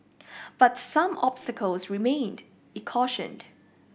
but some obstacles remained cautioned